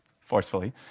forcefully